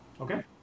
Okay